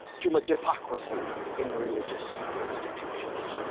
too much hypocrisy in the religious institutions.